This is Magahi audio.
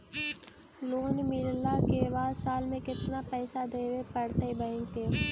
लोन मिलला के बाद साल में केतना पैसा देबे पड़तै बैक के?